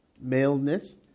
maleness